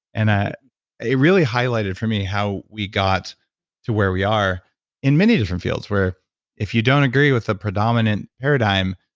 and ah really highlighted for me how we got to where we are in many different fields where if you don't agree with the predominant paradigm,